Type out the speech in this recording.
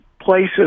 places